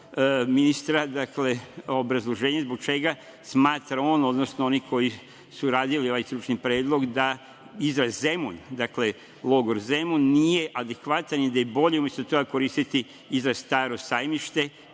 ministre, dakle, obrazloženje zbog čega smatra on, odnosno oni koji su radili ovaj stručni predlog da i za Zemun, logor Zemun nije adekvatan i da je bolje umesto toga koristi izraz „Staro sajmište“,